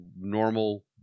normal